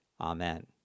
Amen